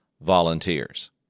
volunteers